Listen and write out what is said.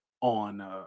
on